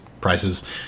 prices